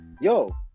yo